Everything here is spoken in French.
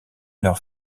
leur